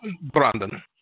Brandon